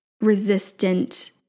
resistant